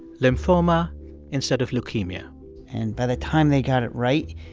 lymphoma instead of leukemia and by the time they got it right,